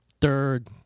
third